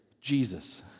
Jesus